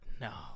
no